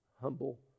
humble